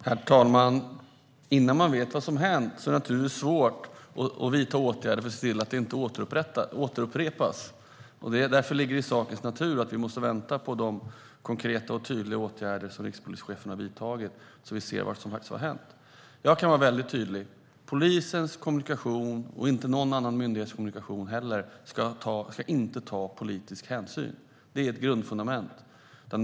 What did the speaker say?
Herr talman! Innan man vet vad som hänt är det naturligtvis svårt att vidta åtgärder för att det inte ska upprepas. Därför ligger det i sakens natur att vi måste vänta på de konkreta åtgärder som rikspolischefen har vidtagit så att vi ser vad som faktiskt har hänt. Jag kan vara mycket tydlig. Polisens kommunikation ska inte ta politisk hänsyn, och det ska ingen annan myndighets kommunikation göra heller. Det är ett grundfundament.